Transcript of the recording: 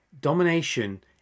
domination